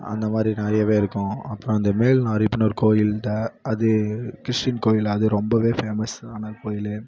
அந்தமாதிரி நிறையவே இருக்கும் அப்புறம் அந்த மேல்நாரிப்புனு ஒரு கோயில்ட அது கிறிஸ்டீன் கோயில் அது ரொம்பவே பேமஸான கோயில்